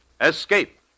Escape